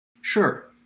Sure